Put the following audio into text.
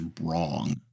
wrong